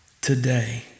today